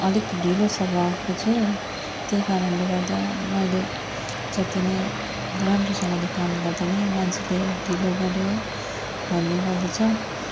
अलिक ढिलो स्वभावको छु त्यही कारणले गर्दा मैले जति नै राम्रोसँगले काम गर्दा नि मान्छेले ढिलो गऱ्यो भन्ने गर्दछ